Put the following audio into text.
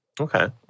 Okay